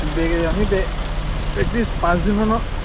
বেগ আমি বে প্ৰেক্টিছ পাঁচদিনমানৰ